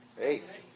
Eight